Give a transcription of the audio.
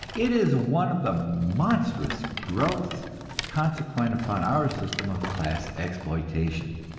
it is one of the monstrous growths consequent upon our system of class exploitation.